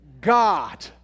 God